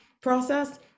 process